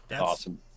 Awesome